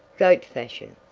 goat fashion.